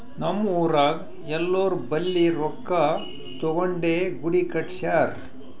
ನಮ್ ಊರಾಗ್ ಎಲ್ಲೋರ್ ಬಲ್ಲಿ ರೊಕ್ಕಾ ತಗೊಂಡೇ ಗುಡಿ ಕಟ್ಸ್ಯಾರ್